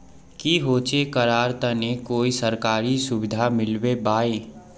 की होचे करार तने कोई सरकारी सुविधा मिलबे बाई?